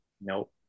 Nope